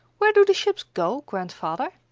where do the ships go, grandfather?